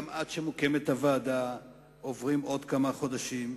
גם עד שמוקמת הוועדה עוברים עוד כמה חודשים,